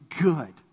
good